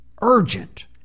urgent